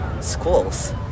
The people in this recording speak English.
schools